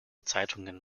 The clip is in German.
zeitungen